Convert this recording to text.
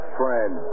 friend